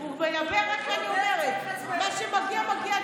מה שמגיע, מגיע.